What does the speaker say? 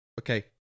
okay